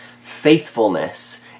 faithfulness